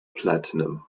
platinum